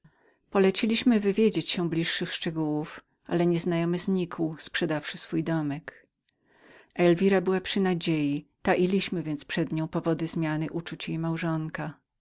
posłaliśmy wywiedzieć się o bliższych szczegółach ale nieznajomy znikł chatę zaś od dawna kto inny kupił elwira była przy nadziei tailiśmy więc przed nią powody zmiany uczuć jej małżonka